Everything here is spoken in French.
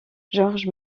george